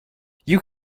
you